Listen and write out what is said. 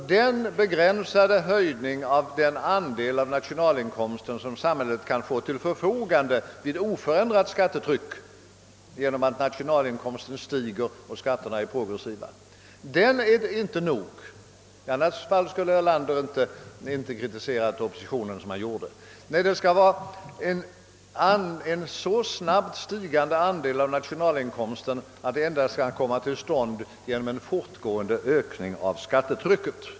Den begränsade höjning av den andel av nationalinkomsten, som samhället kan få till sitt förfogande vid ett oförändrat skattetryck genom att inkomstnivån stiger och på grund av att skatterna är progressiva är inte nog. I så fall skulle herr Erlander inte ha kritiserat oppositionen på det sätt som han gjorde. Nej, det skall vara en så snabbt stigande andel av nationalinkomsten, att den endast kan komma till stånd genom en fortgående ökning av skattetrycket.